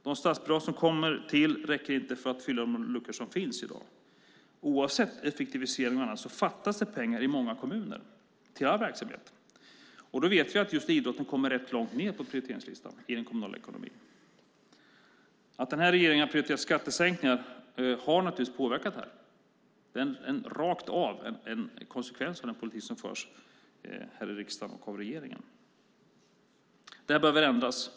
De statsbidrag som kommer till räcker inte för att fylla de luckor som finns i dag. Oavsett effektivisering och annat fattas det pengar till all verksamhet i många kommuner, och vi vet att idrotten kommer rätt långt ned på prioriteringslistan i den kommunala ekonomin. Att den här regeringen har prioriterat skattesänkningar har påverkat det här. Det är en konsekvens av den politik som förs här i riksdagen och av regeringen. Det behöver ändras.